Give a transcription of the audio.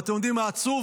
ואתם יודעים מה עצוב?